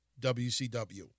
WCW